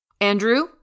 Andrew